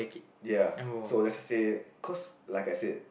ya so let's say cause like I said